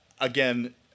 again